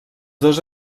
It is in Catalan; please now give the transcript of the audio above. dos